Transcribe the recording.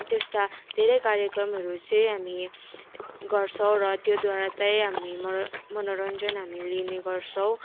त्यस्ता धेरै कार्यक्रमहरू चाहिँ हामी गर्छौँ र त्योद्वारा चाहिँ हामी मनो मनोरन्जन हामी लिने गर्छौँ